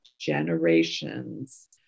generations